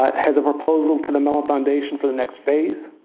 has a proposal to the mellon foundation for the next phase,